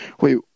Wait